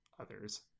others